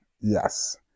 yes